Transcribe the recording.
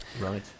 Right